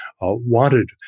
wanted